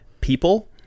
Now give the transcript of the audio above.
people